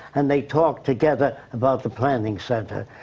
and they talk together about the planning center,